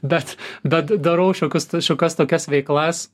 bet bet darau šiokius šiokias tokias veiklas